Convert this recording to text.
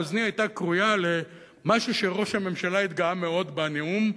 אוזני היתה כרויה למשהו שראש הממשלה התגאה בו מאוד בנאום,